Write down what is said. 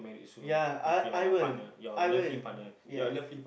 ya uh I will I will ya